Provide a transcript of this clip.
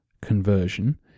conversion